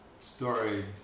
story